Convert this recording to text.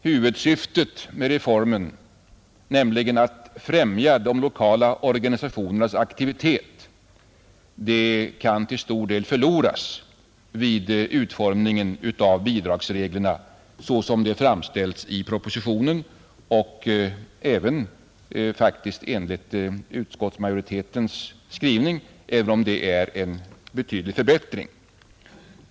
Huvudsyftet med reformen, nämligen att främja de lokala organisationernas aktivitet, kan till stor del gå förlorad vid utformningen av bidragsreglerna såsom de framställts i propositionen och faktiskt även enligt utskottsmajoritetens skrivning, även om det är en betydlig förbättring.